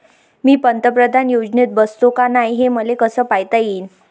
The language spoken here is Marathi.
मी पंतप्रधान योजनेत बसतो का नाय, हे मले कस पायता येईन?